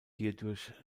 hierdurch